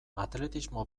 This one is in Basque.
atletismo